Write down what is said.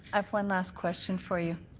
have one last question for you.